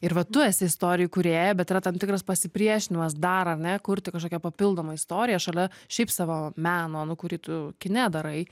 ir vat tu esi istorijų kūrėja bet yra tam tikras pasipriešinimas dar ar ne kurti kažkokią papildomą istoriją šalia šiaip savo meno nu kurį tu kine darai